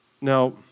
Now